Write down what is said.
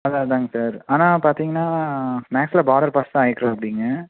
அதான் அதாங்க சார் ஆனால் பார்த்தீங்கன்னா மேக்ஸில் பார்டர் பாஸ் தான் ஆயிருக்கிறாப்பிடிங்க